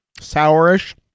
sourish